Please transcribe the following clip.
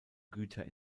güter